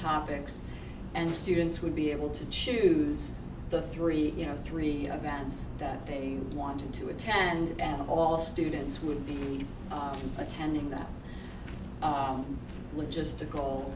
topics and students would be able to choose the three you know three bands that they wanted to attend and all students would be attending that logistical